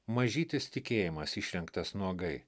mažytis tikėjimas išrengtas nuogai